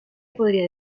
podría